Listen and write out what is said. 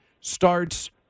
starts